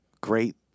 great